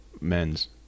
men's